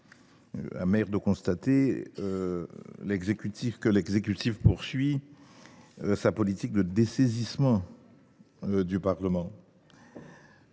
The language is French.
amer constat : l’exécutif poursuit sa politique de dessaisissement du Parlement